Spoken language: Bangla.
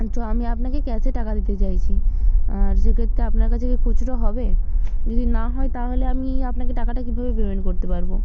তো আমি আপনাকে ক্যাশে টাকা দিতে চাইছি আর সেক্ষেত্রে আপনার কাছে কি খুচরো হবে যদি না হয় তাহলে আমি টাকাটা আপনাকে কীভাবে পেমেন্ট করতে পারবো